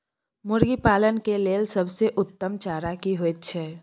मुर्गी पालन के लेल सबसे उत्तम चारा की होयत छै?